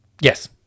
Yes